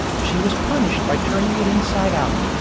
she was punished by turning it inside out,